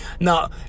Now